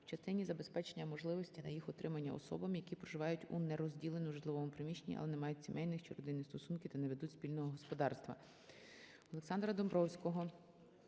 в частині забезпечення можливості на їх отримання особам, які проживають у нерозділеному житловому приміщенні, але не мають сімейних чи родинних стосунків та не ведуть спільного господарства.